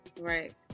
right